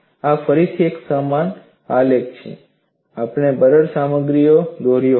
આ ફરી એક સમાન આલેખ છે જે આપણે બરડ સામગ્રી માટે દોર્યો હતો